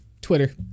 Twitter